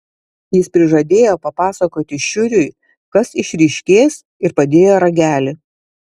jis prižadėjo papasakoti šiuriui kas išryškės ir padėjo ragelį